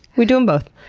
we do them both.